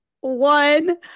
one